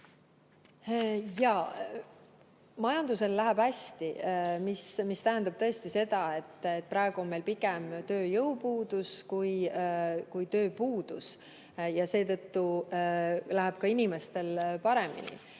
Majandusel läheb hästi, mis tähendab seda, et praegu on meil pigem tööjõupuudus kui tööpuudus ja seetõttu läheb ka inimestel paremini.